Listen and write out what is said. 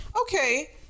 okay